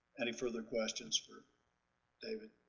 any further questions for david?